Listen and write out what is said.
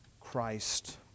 Christ